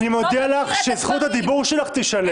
אני מודיע לך שזכות הדיבור שלך תישלל.